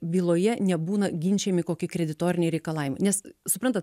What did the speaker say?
byloje nebūna ginčijami kokie kreditoriniai reikalavimai nes suprantat